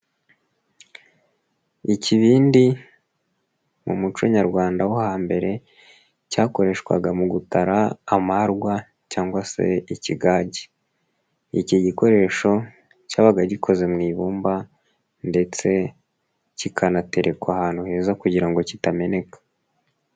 Ikibindi mu muco nyarwanda wo hambere cyakoreshwaga mu gutara amarwa cyangwa se ikigage, iki gikoresho cyabaga gikoze mu ibumba ndetse kikanaterekwa ahantu heza kugira ngo kitameneka.